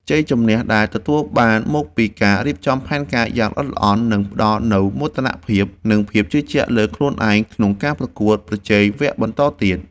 ជ័យជម្នះដែលទទួលបានមកពីការរៀបចំផែនការយ៉ាងល្អិតល្អន់នឹងផ្ដល់នូវមោទនភាពនិងភាពជឿជាក់លើខ្លួនឯងក្នុងការប្រកួតប្រជែងវគ្គបន្តទៀត។